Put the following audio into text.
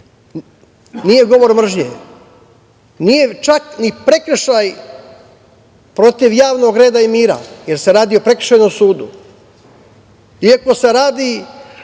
nije govor mržnje, nije čak ni prekršaj protiv javnog reda i mira, jer se radi o Prekršajnom sudu, iako se radi